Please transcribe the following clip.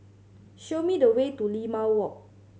show me the way to Limau Walk